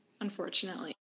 Unfortunately